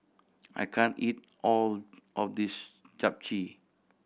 I can't eat all of this Japchae